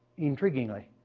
intriguingly,